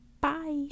Bye